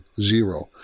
Zero